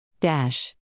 Dash